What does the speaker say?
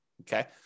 Okay